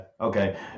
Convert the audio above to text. Okay